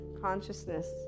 consciousness